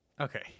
Okay